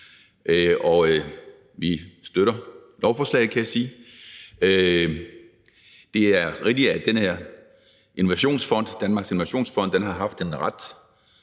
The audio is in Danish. og vi støtter lovforslaget, kan jeg sige. Det er rigtigt, at Danmarks Innovationsfond har haft en ret